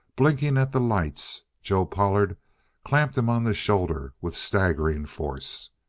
blinking at the lights. joe pollard clapped him on the shoulder with staggering force.